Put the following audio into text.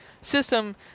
system